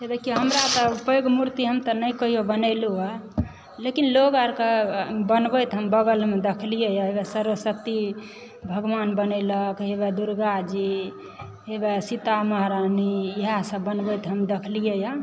हे देखियौ हमरा तऽ पैघ मूर्ति हम तऽ नहि कहिओ बनेलहुँ हँ लेकिन लोग अरके बनबैत हम बगलमऽ देखलियै हँ हैबा सरस्वती भगवान बनौलक हे वएह दुर्गाजी हैबा सीता महरानी इएहसभ बनबैत हम देखलियै र